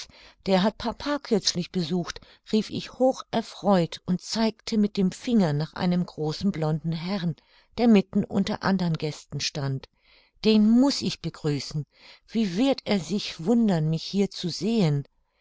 der hat papa kürzlich besucht rief ich hoch erfreut und zeigte mit dem finger nach einem großen blonden herrn der mitten unter andern gästen stand den muß ich begrüßen wie wird er sich wundern mich hier zu sehen